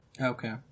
Okay